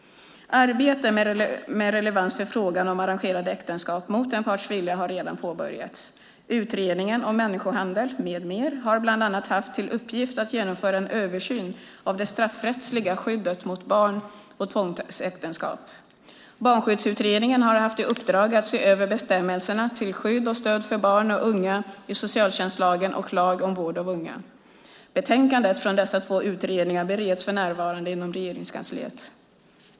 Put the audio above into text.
Arbete med relevans för frågan om arrangerade äktenskap mot en parts vilja har redan påbörjats. Utredningen om människohandel med mera har bland annat haft till uppgift att genomföra en översyn av det straffrättsliga skyddet mot barn och tvångsäktenskap . Barnskyddsutredningen har haft i uppdrag att se över bestämmelserna till skydd och stöd för barn och unga i socialtjänstlagen och lag om vård av unga . Betänkanden från dessa två utredningar bereds för närvarande inom Regeringskansliet.